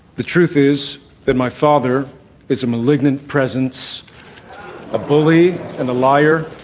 the truth is that my father is a malignant presence a bully and a liar